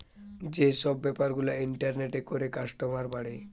যে সব বেপার গুলা ইন্টারনেটে করে কাস্টমার বাড়ে